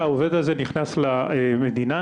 שהעובד הזה נכנס למדינה,